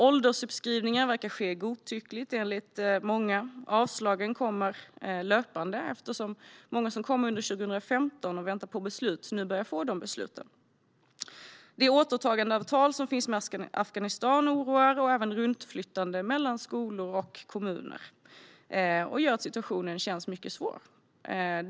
Åldersuppskrivningar verkar ske godtyckligt enligt många. Avslagen kommer löpande, eftersom många som kom under 2015 och väntat på beslut nu börjar få besluten. Återtagandeavtalet med Afghanistan oroar, även runtflyttandet mellan skolor och kommuner, och gör att situationen känns mycket svår.